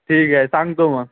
ठीक आहे सांगतो मग